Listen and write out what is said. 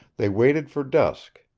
they waited for dusk,